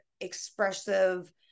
expressive